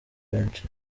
benshi